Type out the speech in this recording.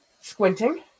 Squinting